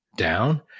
Down